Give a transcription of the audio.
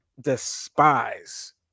despise